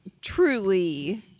truly